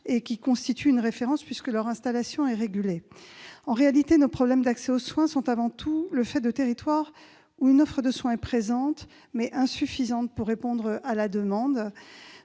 et qui constitue une référence, puisque l'installation des pharmaciens est régulée. En réalité, nos problèmes d'accès aux soins sont avant tout le fait de territoires où l'offre de soins est présente, mais est insuffisante pour répondre à la demande.